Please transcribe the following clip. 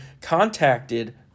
contacted